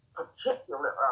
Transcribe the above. particular